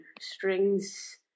strings